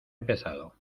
empezado